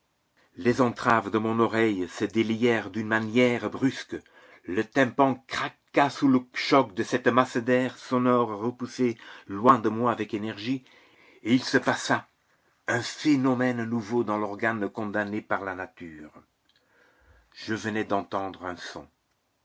les entraves de mon oreille se délièrent d'une manière brusque le tympan craqua sous le choc de cette masse d'air sonore repoussée loin de moi avec énergie et il se passa un phénomène nouveau dans l'organe condamné par la nature je venais d'entendre un son